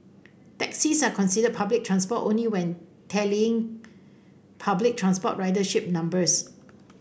taxis are considered public transport only when tallying public transport ridership numbers